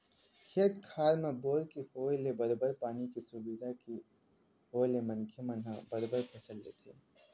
खेत खार म बोर के होय ले बरोबर पानी के सुबिधा के होय ले मनखे मन ह बरोबर फसल लेथे